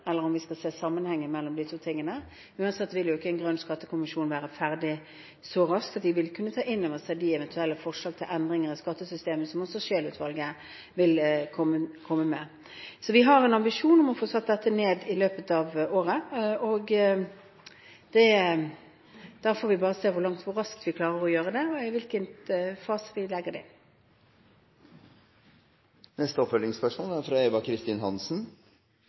eller om vi skal se sammenhengen mellom disse to tingene. Uansett vil jo ikke en grønn skattekommisjon være ferdig så raskt at den vil kunne ta inn over seg de eventuelle forslag til endringer i skattesystemet som også Scheel-utvalget vil komme med. Vi har altså en ambisjon om å få satt dette ned i løpet av året, så får vi se hvor raskt vi klarer å gjøre det, og i hvilken fase vi legger det. Eva Kristin Hansen – til oppfølgingsspørsmål. Jeg er